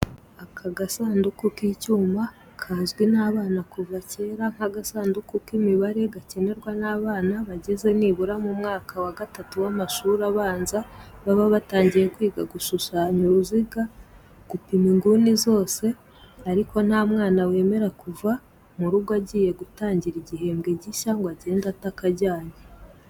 Aka gasanduku k'icyuma kazwi n'abana kuva kera nk'agasanduku k'imibare, gakenerwa n'abana bageze nibura mu mwaka wa gatatu w'amashuri abanza, baba batangiye kwiga gushushanya uruziga, gupima inguni zose, ariko nta mwana wemera kuva mu rugo agiye gutangira igihembwe gishya ngo agende atakajyanye.